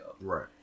Right